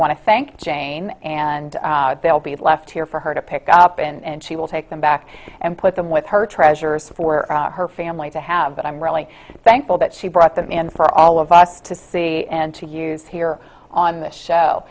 want to thank jane and they'll be left here for her to pick up and she will take them back and put them with her treasures for her family to have but i'm really thankful that she brought them in for all of us to see and to use here on the show